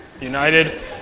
united